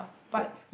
for